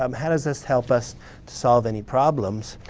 um how does this help us to solve any problems?